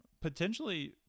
potentially